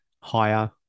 higher